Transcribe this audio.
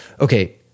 okay